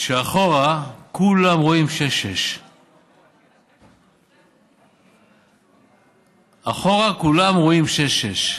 שאחורה כולם רואים 6:6. אחורה כולם רואים 6:6,